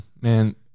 man